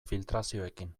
filtrazioekin